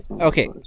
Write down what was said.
Okay